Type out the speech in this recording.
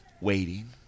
waiting